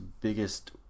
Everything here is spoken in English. biggest